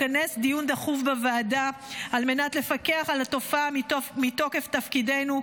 לכנס דיון דחוף בוועדת על מנת לפקח על התופעה מתוקף תפקידנו,